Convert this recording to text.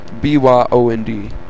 B-Y-O-N-D